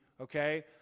okay